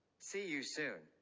see you soon.